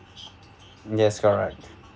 yes correct